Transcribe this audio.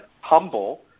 humble